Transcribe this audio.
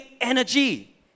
energy